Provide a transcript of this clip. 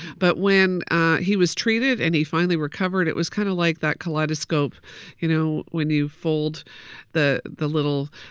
but when he was treated and he finally recovered, it was kind of like that kaleidoscope you know, when you fold the the little,